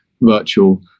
virtual